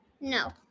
No